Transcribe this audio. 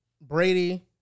Brady